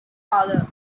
father